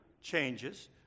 changes